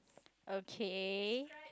okay